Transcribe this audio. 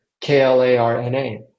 K-L-A-R-N-A